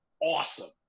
awesome